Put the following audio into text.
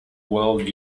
world